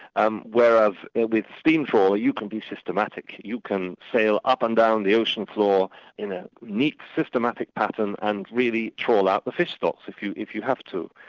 um whereas with a steam trawler you can be systematic, you can sail up and down the ocean floor in a neat systematic pattern and really trawl out the fish stocks if you if you have to.